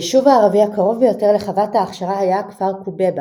היישוב הערבי הקרוב ביותר לחוות ההכשרה היה הכפר קוביבה,